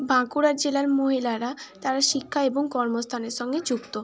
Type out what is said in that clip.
বাঁকুড়া জেলার মহিলারা তারা শিক্ষা এবং কর্মস্থানের সঙ্গে যুক্ত